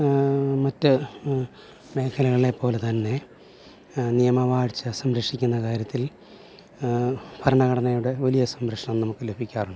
മറ്റു മേഖലകളെ പോലെ തന്നെ നിയമവാഴ്ച്ച സംരക്ഷിക്കുന്ന കാര്യത്തിൽ ഭരണഘടനയുടെ വലിയ സംരക്ഷണം നമുക്ക് ലഭിക്കാറുണ്ട്